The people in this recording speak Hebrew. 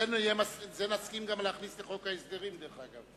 את זה נסכים להכניס גם לחוק ההסדרים, דרך אגב.